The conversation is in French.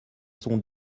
sont